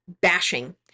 bashing